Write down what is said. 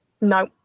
No